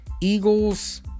Eagles